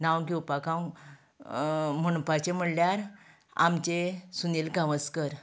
नांव घेवपाक हांव म्हणपाचें म्हणल्यार आमचें सुनील गावस्कर